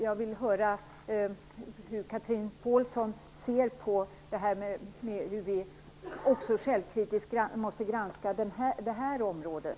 Jag vill höra hur Chatrine Pålsson ser på detta att vi självkritiskt måste granska också det här området.